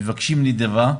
מבקשים נדבה,